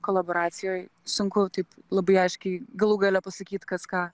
kolaboracijoj sunku taip labai aiškiai galų gale pasakyt kas ką